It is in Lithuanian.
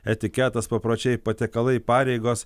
etiketas papročiai patiekalai pareigos